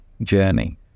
journey